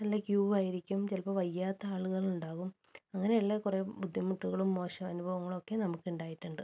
നല്ല ക്യൂവായിരിക്കും ചിലപ്പോൾ വയ്യാത്ത ആളുകൾ ഉണ്ടാകും അങ്ങനെ ഉള്ള കുറെ ബുദ്ധിമുട്ടുകളും മോശം അനുഭവങ്ങളൊക്കെ നമുക്ക് ഉണ്ടായിട്ടുണ്ട്